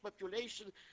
population